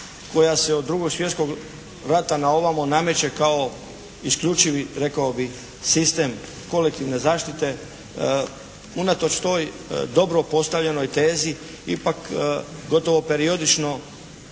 koja se od 2. svjetskog rata nameće kao isključivi rekao bih sistem kolektivne zaštite, unatoč toj dobro postavljenoj tezi ipak gotovo periodično